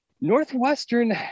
Northwestern